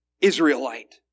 Israelite